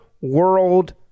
world